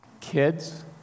kids